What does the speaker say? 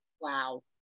Wow